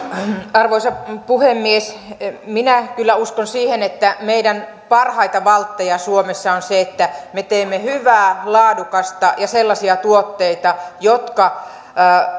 arvoisa puhemies minä kyllä uskon siihen että meidän parhaita valttejamme suomessa on se että me teemme hyviä laadukkaita ja sellaisia tuotteita jotka